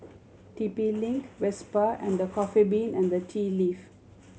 T P Link Vespa and The Coffee Bean and Tea Leaf